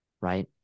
right